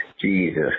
Jesus